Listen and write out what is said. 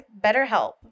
BetterHelp